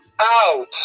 out